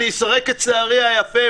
אני אסרק את שערי היפה,